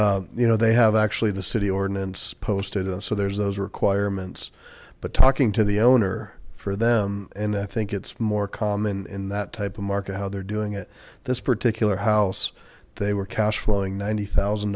and you know they have actually the city ordinance posted so there's those requirements but talking to the owner for them and i think it's more common in that the market how they're doing it this particular house they were cash flowing ninety thousand